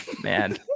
man